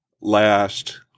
last